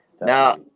now